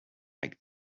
like